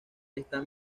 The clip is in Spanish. está